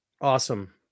Awesome